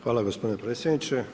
Hvala gospodine predsjedniče.